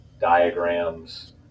diagrams